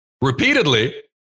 repeatedly